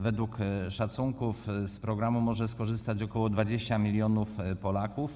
Według szacunków z programu może skorzystać ok. 20 mln Polaków.